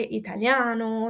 italiano